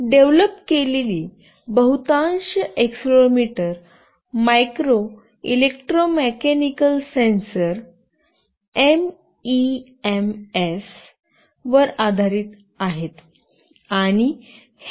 develop केलेली बहुतांश accelerometer micro electromechanical sensor MEMS Micro Electro Mechanical Sensors वर आधारित आहेत